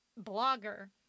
blogger